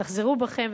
תחזרו בכם,